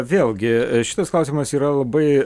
vėlgi šitas klausimas yra labai